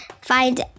find